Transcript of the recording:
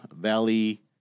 Valley